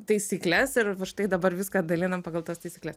taisykles ir štai dabar viską dalinam pagal tas taisykles